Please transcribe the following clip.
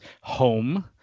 home